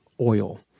oil